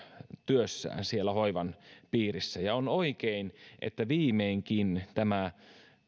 työssään siellä hoivan piirissä on oikein että viimeinkin tähän